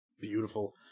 Beautiful